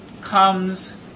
comes